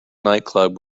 nightclub